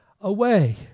away